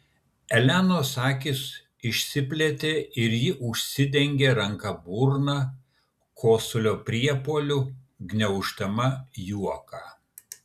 elenos akys išsiplėtė ir ji užsidengė ranka burną kosulio priepuoliu gniauždama juoką